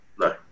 no